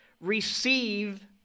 receive